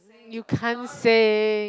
when you can't sing